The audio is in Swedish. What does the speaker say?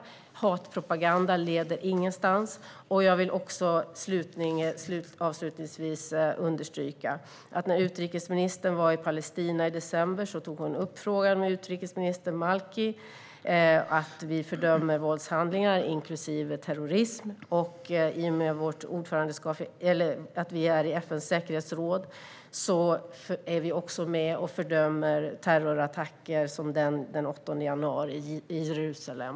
Hatpropaganda leder ingenstans. Jag vill avslutningsvis understryka att utrikesministern vid sitt besök i Palestina i december tog upp frågan med utrikesminister Malki och att vi fördömer våldshandlingar, inklusive terrorism. I och med att vi är i FN:s säkerhetsråd är vi också med och fördömer terrorattacker som den som skedde den 8 januari i Jerusalem.